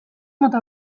mota